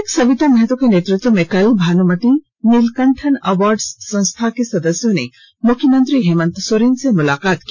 विधायक सविता महतो के नेतृत्व में कल भानुमति नीलकंठन अवार्ड्स संस्था के सदस्यों ने मुख्यमंत्री हेमंत सोरेन से मुलाकात की